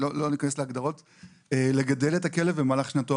לשאול שאלות את בעל הכלב או לבקש מסמכים.